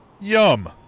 Yum